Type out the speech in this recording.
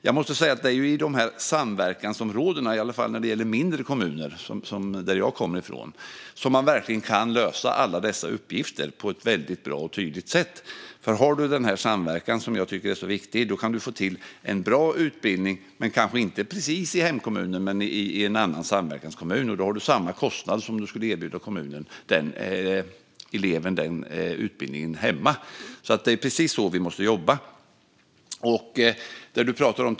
Jag måste säga att det är i samverkansområdena - i alla fall när det gäller mindre kommuner som en sådan som jag kommer ifrån - som man kan lösa alla dessa uppgifter på ett bra och tydligt sätt. Om man har denna samverkan, som jag tycker är så viktig, kan man få till en bra utbildning, kanske inte precis i hemkommunen men i en annan samverkanskommun. Då har man samma kostnad som om kommunen skulle erbjuda eleven denna utbildning i hemkommunen. Det är precis så vi måste jobba.